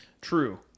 True